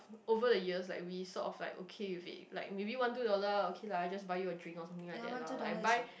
over the years like we sort of like okay with it like maybe one two dollar okay lah I just buy you a drink or something like that lah like I buy